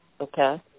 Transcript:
Okay